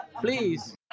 Please